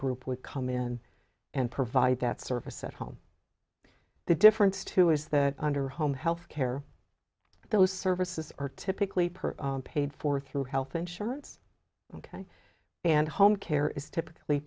group would come in and provide that service at home the difference too is that under home health care those services are typically paid for through health insurance ok and home care is typically